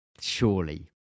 surely